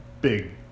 big